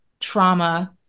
trauma